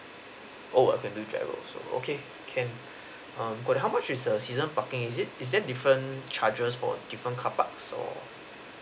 oh I can do giro also okay can um got it how much is the season parking is it is there a different charges for different car park or